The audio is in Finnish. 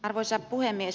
arvoisa puhemies